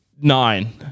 nine